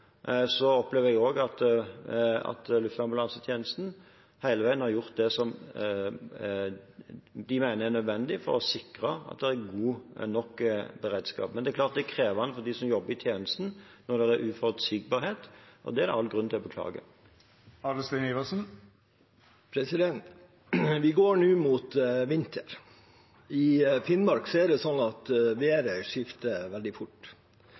opplever jeg også at Luftambulansetjenesten hele veien har gjort det som de mener er nødvendig for å sikre at det er god nok beredskap. Men det er klart det er krevende for dem som jobber i tjenesten, når det er uforutsigbarhet. Det er det all grunn til å beklage. Vi går nå mot vinter. I Finnmark er det slik at været skifter veldig fort,